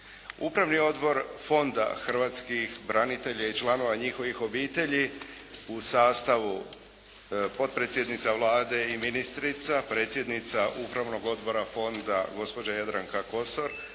Upravni odbor Fonda hrvatskih branitelja i članova njihovih obitelji u sastavu potpredsjednica Vlade i ministrica, predsjednica Upravnog odbora Fonda, gospođa Jadranka Kosor,